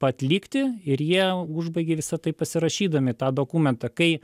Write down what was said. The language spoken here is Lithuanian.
atlikti ir jie užbaigia visa tai pasirašydami tą dokumentą kai